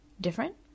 different